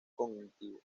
cognitivo